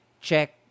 check